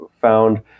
found